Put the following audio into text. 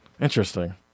Interesting